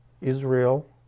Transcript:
Israel